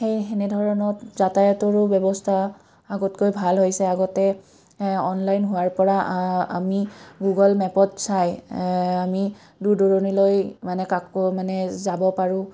সেই সেনেধৰণত যাতায়াতৰো ব্যৱস্থা আগতকৈ ভাল হৈছে আগতে অনলাইন হোৱাৰ পৰা আ আমি গুগল মেপত চাই আমি দূৰ দূৰণিলৈ মানে কাক মানে যাব পাৰোঁ